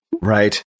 Right